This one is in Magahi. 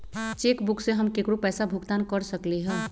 चेक बुक से हम केकरो पैसा भुगतान कर सकली ह